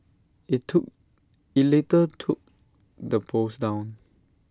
IT took IT later took the post down